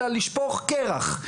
אלא לשפוך קרח.